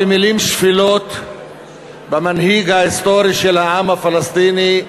במילים שפלות במנהיג ההיסטורי של העם הפלסטיני,